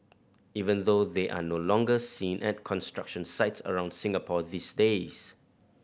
even though they are no longer seen at construction sites around Singapore these days